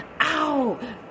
Ow